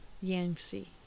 Yangtze